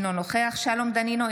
אינו נוכח שלום דנינו,